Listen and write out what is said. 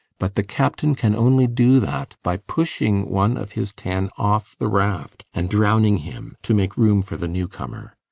but the captain can only do that by pushing one of his ten off the raft and drowning him to make room for the new comer.